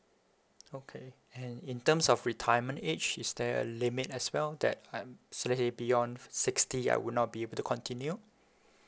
okay and then in terms of retirement age is there a limit as well that I'm say beyond sixty I would not be able to continue